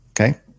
Okay